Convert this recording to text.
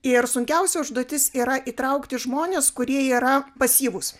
ir sunkiausia užduotis yra įtraukti žmones kurie yra pasyvūs